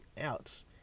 out